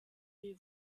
les